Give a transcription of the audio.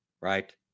right